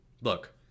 look